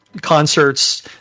concerts